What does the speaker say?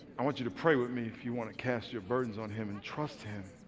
i want you to pray with me if you want to cast your burdens on him and trust him.